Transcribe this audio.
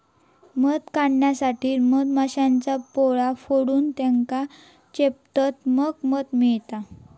मध काढण्यासाठी मधमाश्यांचा पोळा फोडून त्येका चेपतत मग मध मिळता